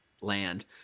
land